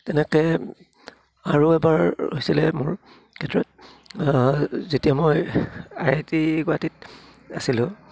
তেনেকৈ আৰু এবাৰ হৈছিলে মোৰ ক্ষেত্ৰত যেতিয়া মই আই আই টি গুৱাহাটীত আছিলোঁ